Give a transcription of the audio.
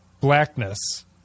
blackness